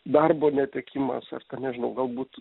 darbo netekimas ar ten nežinau galbūt